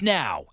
now